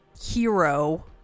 Hero